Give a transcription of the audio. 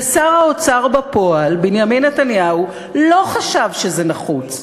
ושר האוצר בפועל בנימין נתניהו לא חשב שזה נחוץ.